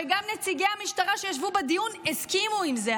וגם נציגי המשטרה שישבו בדיון הסכימו עם זה.